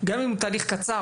גם אם הוא תהליך קצר,